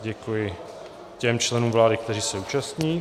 Děkuji těm členům vlády, kteří se účastní.